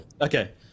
Okay